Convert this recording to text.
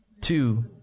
Two